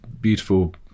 beautiful